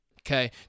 Okay